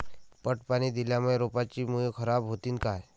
पट पाणी दिल्यामूळे रोपाची मुळ खराब होतीन काय?